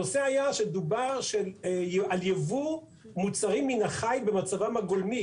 הנושא היה שדובר על ייבוא מוצרים מן החי במצבם הגולמי,